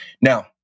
Now